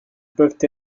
peuvent